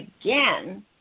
again